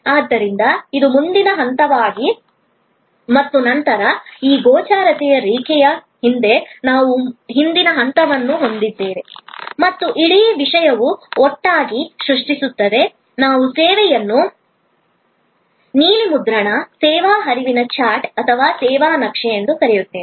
ಆದ್ದರಿಂದ ಇದು ಮುಂದಿನ ಹಂತವಾಗಿದೆ ಮತ್ತು ನಂತರ ಈ ಗೋಚರತೆಯ ರೇಖೆಯ ಹಿಂದೆ ನಾವು ಹಿಂದಿನ ಹಂತವನ್ನು ಹೊಂದಿದ್ದೇವೆ ಮತ್ತು ಇಡೀ ವಿಷಯವು ಒಟ್ಟಾಗಿ ಸೃಷ್ಟಿಸುತ್ತದೆ ನಾವು ಸೇವೆಯನ್ನು ನೀಲಿ ಮುದ್ರಣ ಸೇವಾ ಹರಿವಿನ ಚಾಟ್ ಅಥವಾ ಸೇವಾ ನಕ್ಷೆ ಎಂದು ಕರೆಯುತ್ತೇವೆ